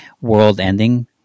world-ending